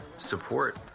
Support